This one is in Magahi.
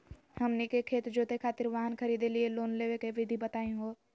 हमनी के खेत जोते खातीर वाहन खरीदे लिये लोन लेवे के विधि बताही हो?